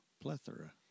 Plethora